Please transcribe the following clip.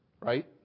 Right